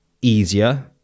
easier